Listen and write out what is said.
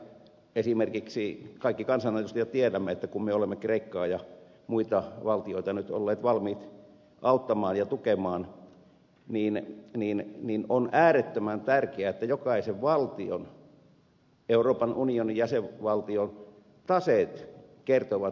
esimerkiksi kaikki kansanedustajat tiedämme kun me olemme kreikkaa ja muita valtioita nyt olleet valmiit auttamaan ja tukemaan että on äärettömän tärkeää että jokaisen euroopan unionin jäsenvaltion taseet kertovat valtion tosiasiallisen tilan